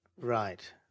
Right